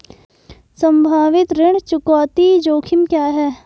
संभावित ऋण चुकौती जोखिम क्या हैं?